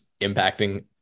impacting